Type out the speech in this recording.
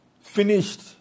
finished